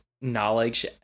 knowledge